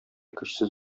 көчсез